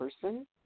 person